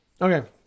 Okay